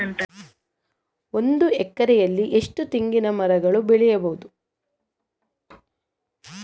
ಒಂದು ಎಕರೆಯಲ್ಲಿ ಎಷ್ಟು ತೆಂಗಿನಮರಗಳು ಬೆಳೆಯಬಹುದು?